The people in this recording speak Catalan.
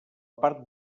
part